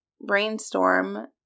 brainstorm